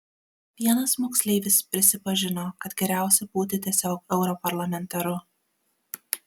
vienas moksleivis prisipažino kad geriausia būti tiesiog europarlamentaru